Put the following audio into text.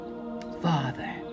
Father